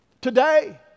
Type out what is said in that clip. today